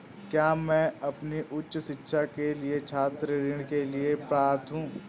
क्या मैं अपनी उच्च शिक्षा के लिए छात्र ऋण के लिए पात्र हूँ?